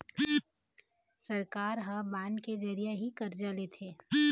सरकार ह बांड के जरिया ही करजा लेथे